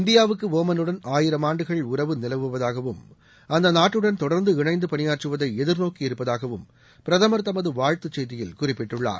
இந்தியாவுக்கு ஓமனுடன் ஆயிரம் ஆண்டுகள் உறவு நிலவுவதாகவும் அந்த நாட்டுடன் தொடர்ந்து இணைந்து பணியாற்றுவதை எதிர்நோக்கி இருப்பதாகவும் பிரதமர் தமது வாழ்த்து செய்தியில் குறிப்பிட்டுள்ளார்